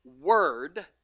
word